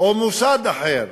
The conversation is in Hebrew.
או מוסד אחר,